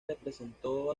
representó